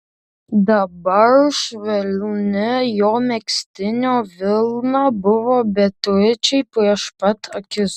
dabar švelni jo megztinio vilna buvo beatričei prieš pat akis